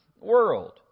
world